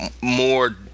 more